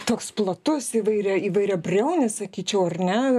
toks platus įvairia įvairiabriaunis sakyčiau ar ne